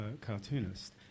cartoonist